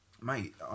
Mate